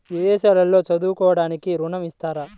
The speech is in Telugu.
విదేశాల్లో చదువుకోవడానికి ఋణం ఇస్తారా?